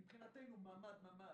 מבחינתנו ממ"ד זה ממ"ד,